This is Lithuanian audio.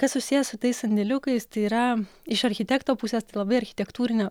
kas susiję su tais sandėliukais tai yra iš architekto pusės tai labai architektūrinio